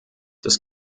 das